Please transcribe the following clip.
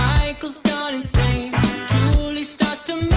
michael's gone insane julie starts to